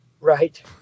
Right